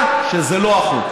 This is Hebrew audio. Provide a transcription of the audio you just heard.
אתה יודע שזה לא החוק.